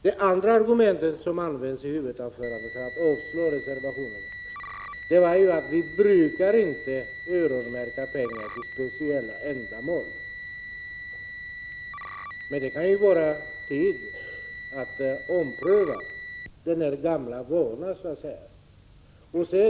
Det andra argumentet som användes i huvudanförandet för att avstyrka reservationen var att vi inte brukar öronmärka pengar till speciella ändamål. Men det kan vara på tiden att ompröva den gamla vanan.